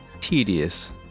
tedious